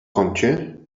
kącie